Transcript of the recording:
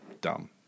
dumb